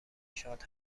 شاد